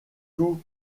tout